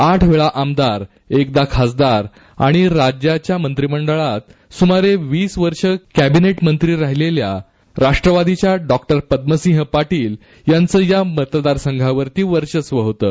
आठ वेळा आमदार एकदा खासदार आणि राज्याच्या मंत्रिमंडळात सुमारे वीस वर्ष कॅबिनेट मंत्री राहिलेल्या राष्ट्रवादीच्या डॉक्टर पद्मसिंह पाटील यांचे या मतदारसंघावर वर्चस्व होतं